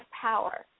power